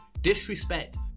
disrespect